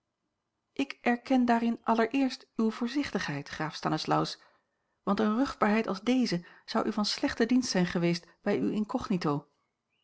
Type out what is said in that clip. ik erken daarin allereerst uwe voorzichtigheid graaf stanislaus want eene ruchtbaarheid als deze zou u van slechten dienst zijn geweest bij uw incognito